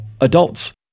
adults